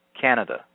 Canada